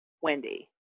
Wendy